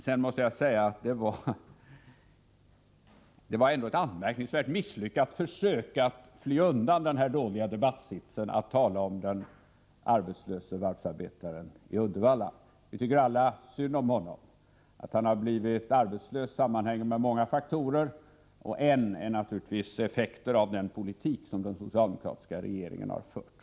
Jag måste säga att det var ett ovanligt misslyckat försök att fly undan den här dåliga debatten som statsrådet gjorde genom att tala om den arbetslöse varvsarbetaren i Uddevalla. Vi tycker alla synd om honom. Att han har blivit arbetslös sammanhänger med många faktorer; en av dem är naturligtvis effekten av den politik som den socialdemokratiska regeringen fört.